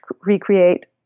recreate